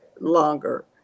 longer